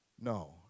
No